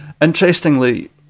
Interestingly